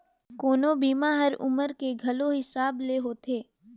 कोनो बीमा हर उमर के घलो हिसाब ले होथे